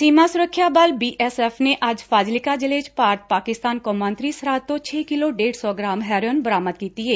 ਸੀਮਾ ਸੁਰੱਖਿਆ ਬਲ B S F ਨੇ ਅੱਜ ਫਾਜ਼ਿਲਕਾ ਜਿਲੇ 'ਚ ਭਾਰਤ ਪਾਕਿਸਤਾਨ ਕੌਮਾਂਤਰੀ ਸਰਹੱਦ ਤੋ' ਛੇ ਕਿਲੋ ਡੇਢ ਸੌ ਗਰਾਮ ਹੈਰੋਇਨ ਬਰਾਮਦ ਕੀਤੀ ਏ